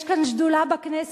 יש כאן שדולה בכנסת,